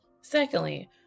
Secondly